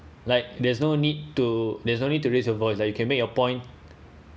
like there's no need to there's no need to raise your voice like you can make your point